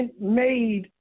made